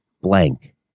blank